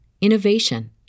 innovation